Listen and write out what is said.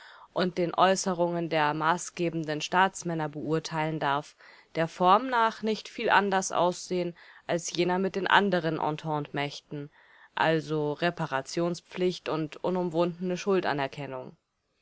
und den äußerungen der maßgebenden staatsmänner beurteilen darf der form nach nicht viel anders aussehen als jener mit den anderen ententemächten also reparationspflicht und unumwundene